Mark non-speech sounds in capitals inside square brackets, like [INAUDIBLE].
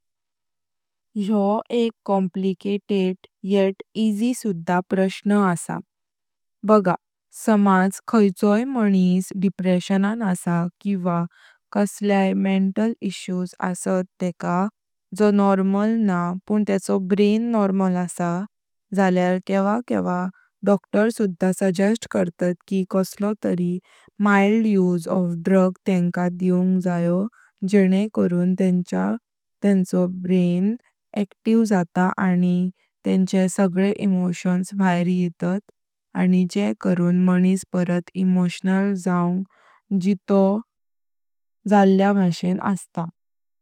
योह एक कॉम्प्लीकेटेड येत इजी सुधा प्रश्न आसा, बगा समाज खायचोई माणिस डेप्रेशनान आसा किवा कसल्याय मेंटल इशूज असत। तेका जो नॉर्मल न्हा पुन टेकू ब्रेन नॉर्मल आसा जल्यार केवा केवा डॉक्टर सुधा सज्जेस्ट करतात कि कसलो तरी माइल्ड यूस ऑफ ड्रग। तेंका दिवांग जयो जेने करून तेंचो ब्रेन अॅक्टिव जात आनी तेंचे सगळे एमोशन्स भायर येतात। आनी जेने करून मानिस परत इमोशनल जाऊन जितो [HESITATION] झल्ल्या भाषेन आस्ता।